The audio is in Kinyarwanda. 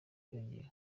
kwiyongera